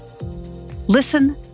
Listen